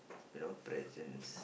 you know presents